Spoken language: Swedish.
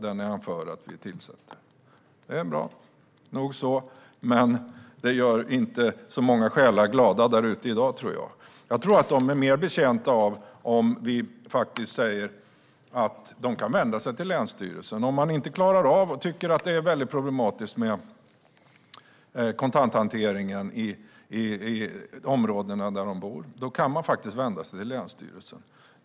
Det är bra så, men jag tror inte att det gör många själar glada där ute i dag. Jag tror att de vore mer betjänta av att vi faktiskt sa att de kan vända sig till länsstyrelsen. Om man tycker att det är väldigt problematiskt med kontanthanteringen i området där man bor kan man faktiskt vända sig till länsstyrelsen.